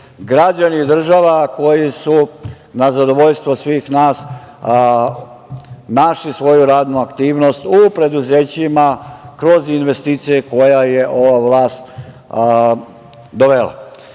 građani, država koji su na zadovoljstvo svih nas našli svoju radnu aktivnost u preduzećima kroz investicije koje je ova vlast dovela. Dame